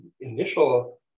initial